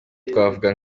twavuga